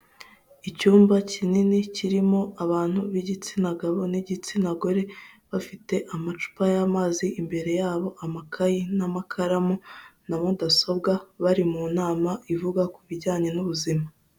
Icyumba kinini kirimo abantu b'igitsina gabo n'igitsina gore bafite amacupa y'amazi, imbere yabo amakayi, n'amakaramu na mudasobwa bari mu nama ivuga ku bijyanye n'ubuzima.